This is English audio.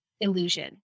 illusion